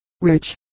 rich